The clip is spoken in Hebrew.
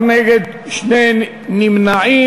60 בעד, 15 נגד, שניים נמנעים.